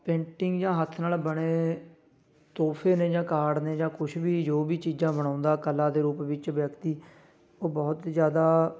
painting ਜਾਂ ਹੱਥ ਨਾਲ ਬਣੇ ਤੋਹਫੇ ਨੇ ਜਾਂ ਕਾਰਡ ਨੇ ਜਾਂ ਕੁਛ ਵੀ ਜੋ ਵੀ ਚੀਜ਼ਾਂ ਬਣਾਉਂਦਾ ਕਲਾ ਦੇ ਰੂਪ ਵਿੱਚ ਵਿਅਕਤੀ ਉਹ ਬਹੁਤ ਜ਼ਿਆਦਾ